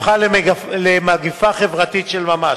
הפכה למגפה חברתית של ממש.